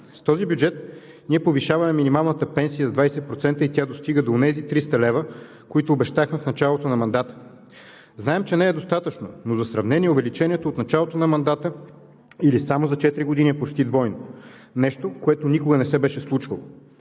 С този бюджет ние повишаваме минималната пенсия с 20% и тя достига до онези 300 лв., които обещахме в началото на мандата. Знаем, че не е достатъчно, но за сравнение увеличението от началото на мандата или само за четири години е почти двойно – нещо, което никога не се беше случвало.